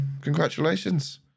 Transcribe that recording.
congratulations